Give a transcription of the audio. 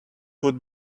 would